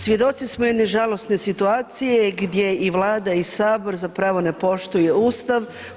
Svjedoci smo jedne žalosne situacije gdje i Vlada i Sabor zapravo ne poštuje Ustav.